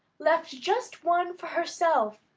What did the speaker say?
left just one for herself,